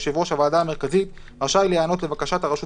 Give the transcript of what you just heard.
יושב ראש הוועדה המרכזית רשאי להיענות לבקשת הרשות